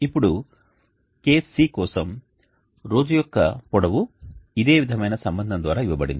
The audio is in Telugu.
ఇప్పుడు కేస్ C కోసం రోజు యొక్క పొడవు ఇదే విధమైన సంబంధం ద్వారా ఇవ్వబడింది